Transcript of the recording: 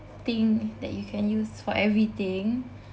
thing that you can use for everything